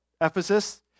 Ephesus